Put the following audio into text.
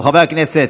חברי הכנסת,